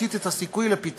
משמעותית את הסיכוי לפתרון,